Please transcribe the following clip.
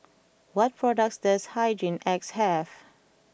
what products does Hygin X have